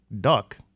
duck